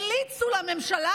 המליצו לממשלה